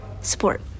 support